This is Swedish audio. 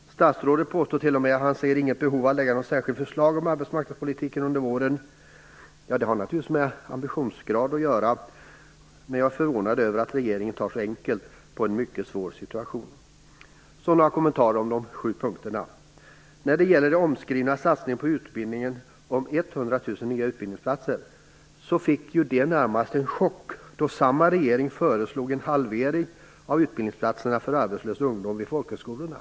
Statsrådet påstår t.o.m. att han inte ser något behov av att under våren lägga något särskilt förslag om arbetsmarknadspolitiken. Det har naturligtvis med ambitionsgrad att göra. Men jag är förvånad över att regeringen tar så lätt på en mycket svår situation. Så några kommentarer om de sju punkterna. När det gäller den omskrivna satsningen på utbildning genom 100 000 nya utbildningsplatser är det ju närmast chockerande, eftersom samma regering föreslog en halvering av utbildningsplatserna för arbetslös ungdom vid folkhögskolorna.